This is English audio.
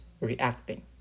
reacting